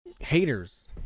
Haters